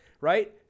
right